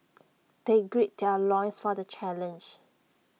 they grade their loins for the challenge